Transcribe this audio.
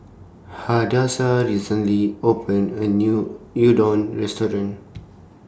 Hadassah recently opened A New Udon Restaurant